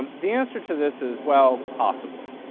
um the answer to this is well, possibly.